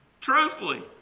truthfully